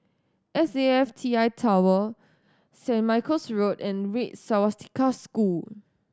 S A F T I Tower Saint Michael's Road and Red Swastika School